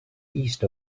east